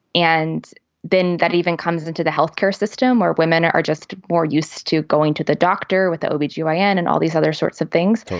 and then that even comes into the health care system where women are are just more used to going to the doctor with the obese you iron and and all these other sorts of things.